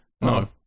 no